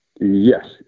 Yes